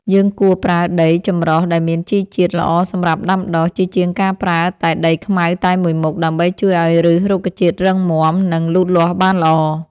យើងគួរប្រើដីចម្រុះដែលមានជីវជាតិល្អសម្រាប់ដាំដុះ ជាជាងការប្រើតែដីខ្មៅតែមួយមុខ ដើម្បីជួយឱ្យឫសរុក្ខជាតិរឹងមាំ និង លូតលាស់បានល្អ។